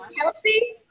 Kelsey